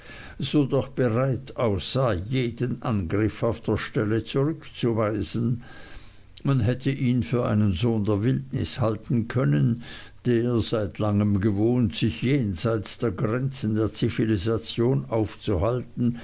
so doch bereit aussah jeden angriff auf der stelle zurückzuweisen man hätte ihn für einen sohn der wildnis halten können der seit langem gewohnt sich jenseits der grenzen der zivilisation aufzuhalten